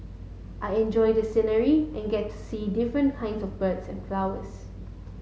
I enjoy the scenery and get to see different kinds of birds and flowers